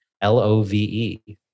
L-O-V-E